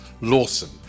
Lawson